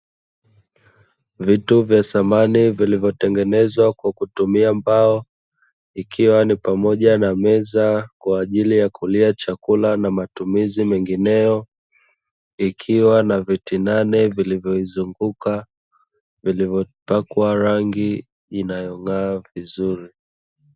Vitu vya samani vilivyotengenezwa kwa kutumia mbao, ikiwa ni pamoja na meza kwa ajili ya kulia chakula na matumizi mengineyo, ikiwa na viti nane vilivyoizunguka, vilivyopakwa rangi inayong'aa vizuri.